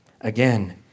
again